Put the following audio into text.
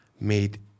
made